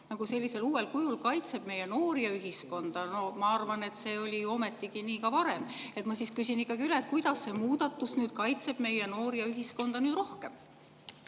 seadus sellisel uuel kujul kaitseb meie noori ja ühiskonda. No ma arvan, et nii oli see ometigi ka varem. Ma küsin ikkagi üle: kuidas see muudatus kaitseb meie noori ja ühiskonda nüüd rohkem?